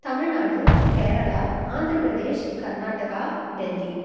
Tamil Nadu Kerala Andhra Pradesh Karnataka Delhi